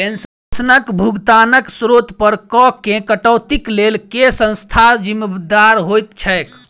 पेंशनक भुगतानक स्त्रोत पर करऽ केँ कटौतीक लेल केँ संस्था जिम्मेदार होइत छैक?